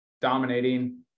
dominating